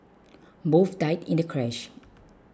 both died in the crash